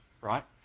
right